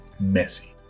Messy